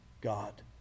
God